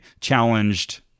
challenged